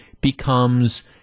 becomes